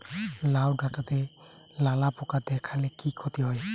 লাউ ডাটাতে লালা পোকা দেখালে কি ক্ষতি হয়?